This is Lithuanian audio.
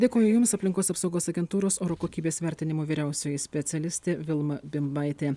dėkoju jums aplinkos apsaugos agentūros oro kokybės vertinimo vyriausioji specialistė vilma bimbaitė